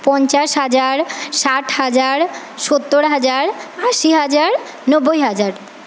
পঞ্চাশ হাজার ষাট হাজার সত্তর হাজার আশি হাজার নব্বই হাজার